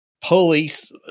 police